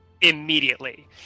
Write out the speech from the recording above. immediately